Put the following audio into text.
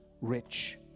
rich